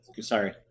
sorry